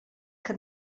que